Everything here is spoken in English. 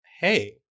hey